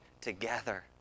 together